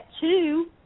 two